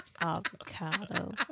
Avocado